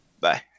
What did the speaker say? Bye